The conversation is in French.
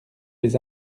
les